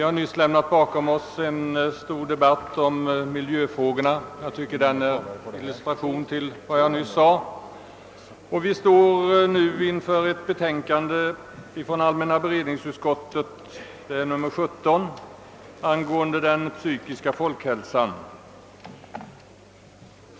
För en stund sedan avslutade vi en stor debatt om miljöfrågorna och jag tycker att den illustrerar vad jag nyss sade. Vi behandlar nu ett utlåtande från allmänna beredningsutskottet, nr 17, angående den psykiska folkhälsan.